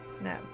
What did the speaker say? No